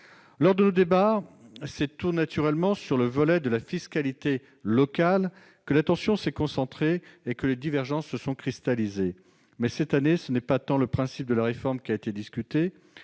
Lors de nos débats, c'est tout naturellement sur le volet de la fiscalité locale que l'attention s'est concentrée et que les divergences se sont cristallisées. Mais cette année, ce n'est pas tant le principe de la réforme qui a été discuté